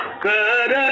Good